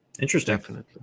Interesting